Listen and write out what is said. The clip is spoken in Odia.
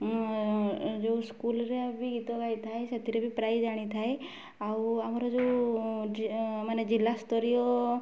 ମୁଁ ଯେଉଁ ସ୍କୁଲରେ ବି ଗୀତ ଗାଇଥାଏ ସେଥିରେ ବି ପ୍ରାଇଜ୍ ଆଣିଥାଏ ଆଉ ଆମର ଯେଉଁ ମାନେ ଜିଲ୍ଲା ସ୍ତରୀୟ